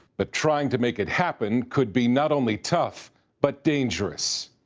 but trying to make it happen could be not only tough but dangerous.